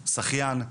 שחיין,